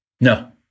No